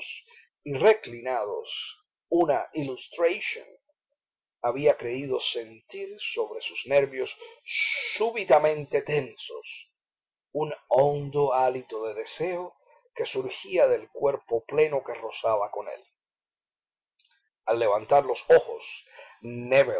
reclinados una illustration había creído sentir sobre sus nervios súbitamente tensos un hondo hálito de deseo que surgía del cuerpo pleno que rozaba con él al levantar los ojos